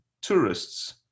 tourists